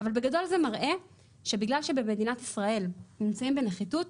אבל בגדול זה מראה שבגלל שבמדינת ישראל נמצאים בנחיתות,